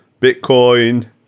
bitcoin